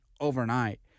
overnight